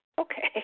Okay